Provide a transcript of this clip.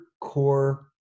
core